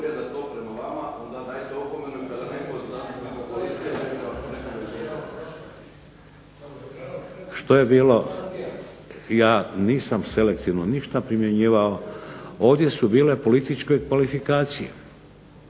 Što je bilo ja nisam selektivno ništa primjenjivao, ovdje su bile političke kvalifikacije